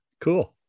Cool